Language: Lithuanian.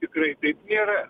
tikrai taip nėra